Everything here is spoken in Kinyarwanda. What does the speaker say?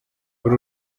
uru